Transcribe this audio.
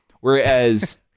whereas